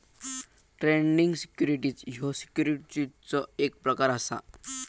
trading securities ह्यो सिक्युरिटीजचो एक प्रकार असा